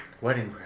Wedding